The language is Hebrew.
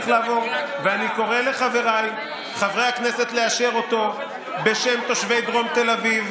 ואני קורא לחבריי חברי הכנסת לאשר אותו בשם תושבי דרום תל אביב,